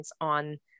on